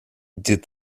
did